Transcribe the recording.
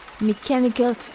mechanical